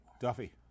Duffy